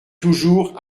toujours